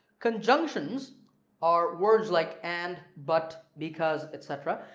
conjunctions are words like and, but, because etc.